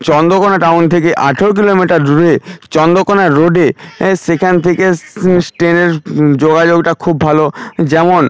Chandrakona town থেকে আঠের kilometre দূরে চন্দ্রকোনা রোডে সেখান থেকে ট্রেনের যোগাযোগটা খুব ভালো যেমন